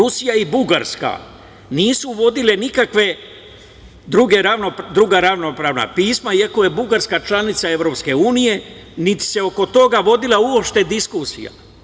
Rusija i Bugarska nisu vodile nikakva druga ravnopravna pisma iako je Bugarska članica EU, niti se oko toga vodila uopšte diskusija.